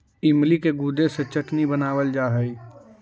इमली के गुदे से चटनी बनावाल जा हई